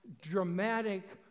dramatic